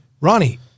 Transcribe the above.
Ronnie